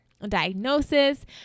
diagnosis